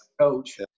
coach